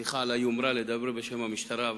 סליחה על היומרה לדבר בשם המשטרה,